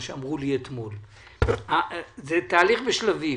מה שאמרו לי אתמול זה תהליך בשלבים.